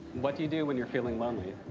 what do you do when you're feeling lonely?